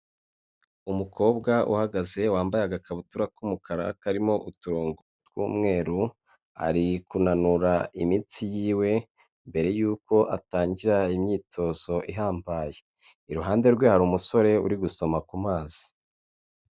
Umukobwa uhagaze wambaye agakabutura k'umukara, karimo uturongo tw'umweru, ari kunanura imitsi yiwe mbere y'uko atangira imyitozo ihambaye. Iruhande rwe hari umusore uri gusoma ku mazi.